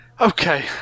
Okay